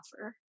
offer